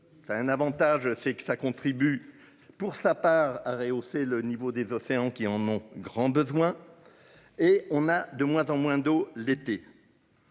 un Avantage c'est que ça contribue pour sa part à rehausser le niveau des océans qui en ont grand besoin. Et on a de moins en moins d'eau l'été.